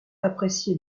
apprécier